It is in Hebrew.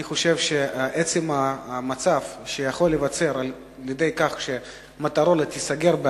אני חושב שהמצב שיכול להיווצר על-ידי כך ש"מוטורולה" ערד תיסגר,